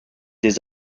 des